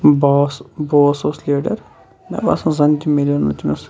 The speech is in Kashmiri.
بوس بوس اوس لیٖڈَر مےٚ باسان زَن تہِ مِلیو نہٕ تمِس